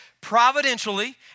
providentially